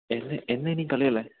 എന്നാണ് എന്നാണ് ഇനി കളിയുള്ളത്